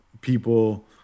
people